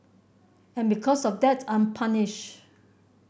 and because of that I'm punished